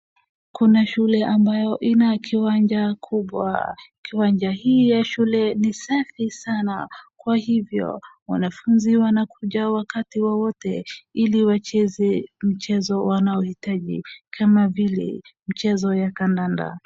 Kuna shule ambayo ina kiwanja kubwa. Kiwanja hii ya shule ni safi sana kwa hivyo wanafunzi wanakuja wakati wowote ili wacheze mchezo wanaohitaji Kama vile michezo ya kandanda.